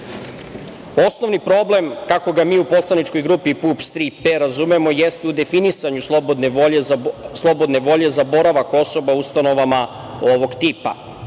osobe. Osnovni problem, kako ga mi u poslaničkoj grupi PUPS – „Tri P“razumemo jeste u definisanju slobodne volje za boravak osoba u ustanovama ovog tipa.